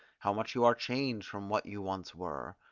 how much you are changed from what you once were!